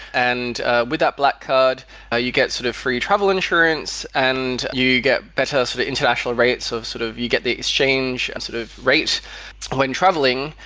and with that black card you get sort of free travel insurance and you get better sort of international rates of sort of you get the exchange and sort of rate when traveling,